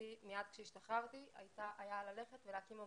מיד כשהשתחררתי היה ללכת ולהקים עמותה,